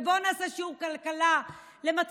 ובוא נעשה שיעור כלכלה למתחילים: